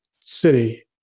city